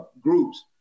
groups